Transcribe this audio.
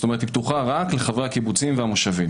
זאת אומרת, היא פתוחה רק לחברי הקיבוצים והמושבים.